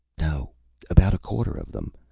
no about a quarter of them.